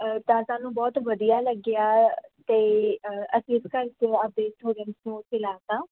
ਤਾਂ ਸਾਨੂੰ ਬਹੁਤ ਵਧੀਆ ਲੱਗਿਆ ਅਤੇ ਅਸੀਂ ਇਸ ਕਰਕੇ ਆਪਦੇ ਨੂੰ ਉੱਥੇ ਲਾਤਾ